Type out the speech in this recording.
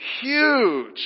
huge